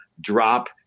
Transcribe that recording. drop